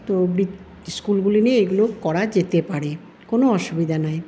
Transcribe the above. তো বি স্কুলগুলি নিয়ে এগুলো করা যেতে পারে কোন অসুবিধা নাই